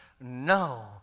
No